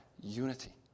unity